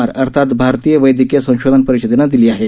R अर्थात भारतीय वैद्यकीय संशोधन परिषदेनं दिली आहे